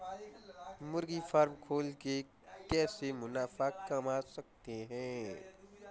मुर्गी फार्म खोल के कैसे मुनाफा कमा सकते हैं?